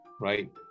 right